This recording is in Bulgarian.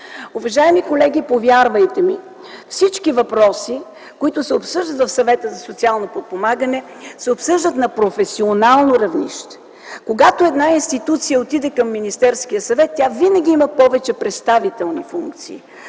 Уважаеми колеги, повярвайте ми, всички въпроси, които се обсъждат в Съвета за социално подпомагане, се обсъждат на професионално равнище. А когато една институция отиде към Министерски съвет, тя винаги има повече представителни функции.